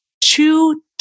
two